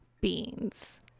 beans